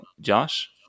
Josh